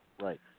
right